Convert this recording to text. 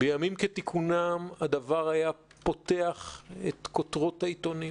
בימים כתיקונם הדבר היה פותח את כותרות העיתונים